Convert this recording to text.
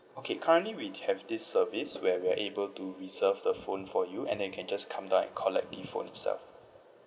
okay currently we have this service where we are able to reserve the phone for you and then you can just come down and collect the phone itself